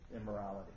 immorality